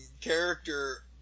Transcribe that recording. character